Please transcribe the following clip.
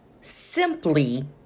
Simply